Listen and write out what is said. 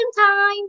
time